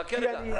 חכה רגע.